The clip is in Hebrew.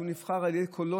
שהוא נבחר על ידי קולות,